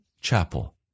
chapel